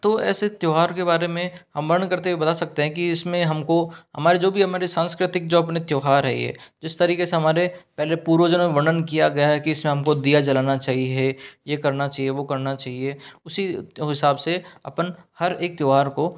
तो ऐसे त्यौहार के बारे में हम वर्णन करते बता सकते हैं कि इसमें हमको हमारे जो भी हमारे सांस्कृतिक जो अपने त्यौहार है ये जिस तरीके से हमारे पहले पूर्वजनों में वर्णन किया गया हैं कि शाम को दिया जलाना चाहिए ये करना चाहिए वो करना चाहिए उसी हिसाब से अपन हर एक त्यौहार को